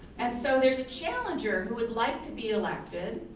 and so there's a challenger who would like to be elected,